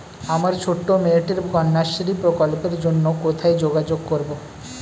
আমার ছোট্ট মেয়েটির কন্যাশ্রী প্রকল্পের জন্য কোথায় যোগাযোগ করব?